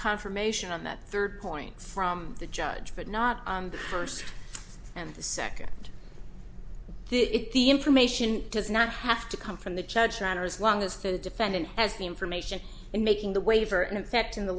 confirmation on that third point from the judge but not the first and the second the information does not have to come from the judge manner as long as the defendant has the information in making the waiver in effect in the